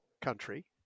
country